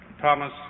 Thomas